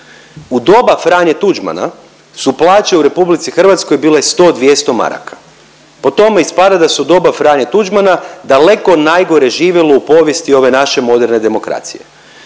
U doba Franje Tuđmana su plaće u RH bile 100, 200 maraka, po tome ispada da se u doba Franje Tuđmana daleko najgore živjelo u povijesti ove naše moderne demokracije.